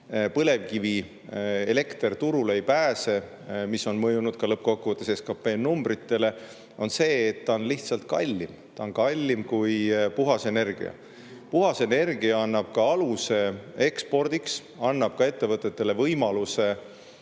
põlevkivielekter turule ei pääse, mis on mõjunud ka lõppkokkuvõttes SKP numbritele, on see, et ta on lihtsalt kallim. Ta on kallim kui puhas energia. Puhas energia annab ka aluse ekspordiks, annab ettevõtetele võimaluse